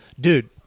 Dude